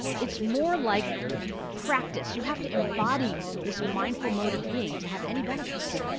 it's more like practice, you have to embody this mindful mode of being to have any benefits.